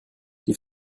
die